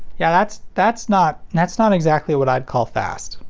yeah that's. that's not that's not exactly what i'd call fast.